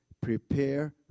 prepare